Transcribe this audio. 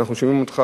אנחנו שומעים אותך,